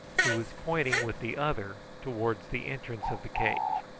who was pointing with the other towards the entrance of the cave.